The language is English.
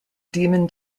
demon